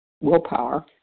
willpower